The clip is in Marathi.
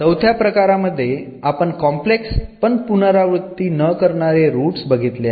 चौथ्या प्रकारामध्ये आपण कॉम्प्लेक्स पण पुनरावृत्ती न करणारे रूट्स बघितले आहेत